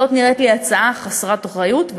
נראית לי הצעה חסרת אחריות,